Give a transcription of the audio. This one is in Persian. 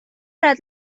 دارد